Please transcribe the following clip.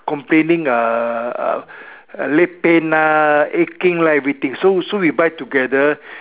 complaining uh uh leg pain lah aching lah everything so so we buy together